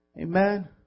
Amen